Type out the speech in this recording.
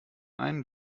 einen